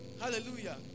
Hallelujah